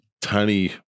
tiny